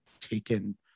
taken